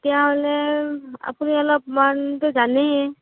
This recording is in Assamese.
এতিয়া মানে আপুনি অলপমানটো জানেই